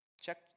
check